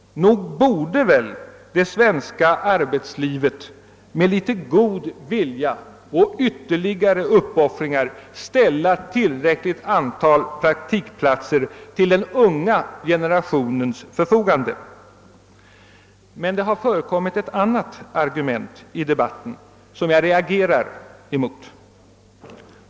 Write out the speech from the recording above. Nog borde det svenska arbetslivet med litet god vilja och ytterligare uppoffringar ställa tillräckligt antal praktikplatser till den unga generationens förfogande. Men det har förekommit ett annat argument i debatten som jag reagerar emot.